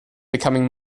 becoming